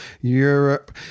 Europe